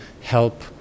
help